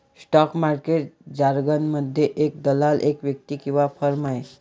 stock market जारगनमध्ये, एक दलाल एक व्यक्ती किंवा फर्म आहे